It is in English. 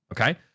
Okay